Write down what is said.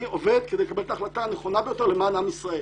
אני עובד כדי לקבל את ההחלטה הנכונה ביותר למען עם ישראל.